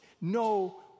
No